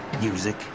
music